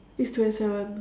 it's twenty seven